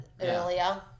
earlier